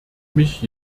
mich